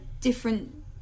different